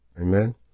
Amen